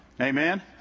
Amen